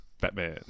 Batman